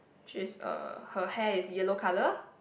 she's uh her hair is yellow colour